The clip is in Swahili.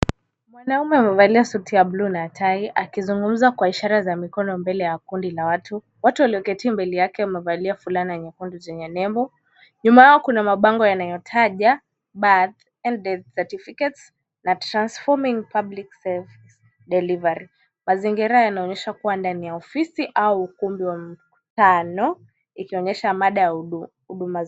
Mwanaume amevalia suti ya bluu na tai akizungumza kwa ishara za mikono mbele ya kundi la watu, watu walioketi mbele yake wamevalia fulana nyekundu zenye nembo, nyuma yao kuna mabango yanayotaja, Bath and Death Certificates na Transforming Public Service Delivery . Mazingira yanaonyesha kuwa ndani ya ofisi au ukumbi wa mkutano, ikionyesha mada ya huduma.